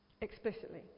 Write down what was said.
explicitly